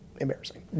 embarrassing